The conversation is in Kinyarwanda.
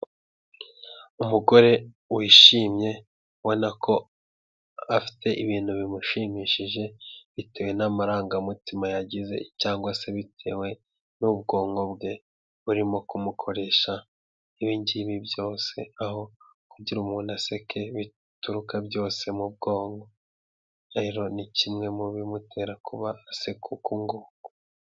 Umugore wishimye, ubona ko afite ibintu bimushimishije, bitewe n'amarangamutima yagize cyangwa se bitewe n'ubwonko bwe burimo kumukoresha ibi ngibi byose, aho kugira ngo umuntu aseke bituruka byose mu bwonko, rero ni kimwe mu bimutera kuba aseka uku nguku.